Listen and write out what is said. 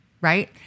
right